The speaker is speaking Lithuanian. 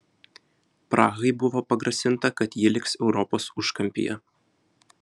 prahai buvo pagrasinta kad ji liks europos užkampyje